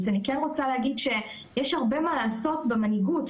אני כן רוצה להגיד שיש הרבה מה לעשות במנהיגות.